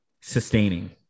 sustaining